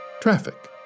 Traffic